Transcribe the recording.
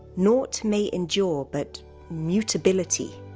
nought may endure but mutability!